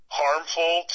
harmful